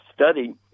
study